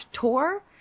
tour